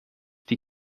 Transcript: die